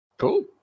Cool